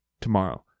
Tomorrow